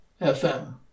FM